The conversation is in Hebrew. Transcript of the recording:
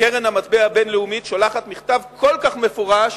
שקרן המטבע הבין-לאומית שולחת מכתב כל כך מפורש